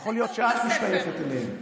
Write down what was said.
יכול להיות שאת משתייכת אליהם.